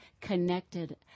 connected